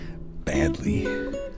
badly